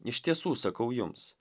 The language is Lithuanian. iš tiesų sakau jums